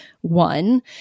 one